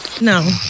No